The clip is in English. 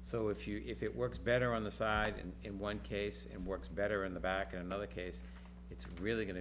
so if you if it works better on the side and in one case it works better in the back another case it's really going to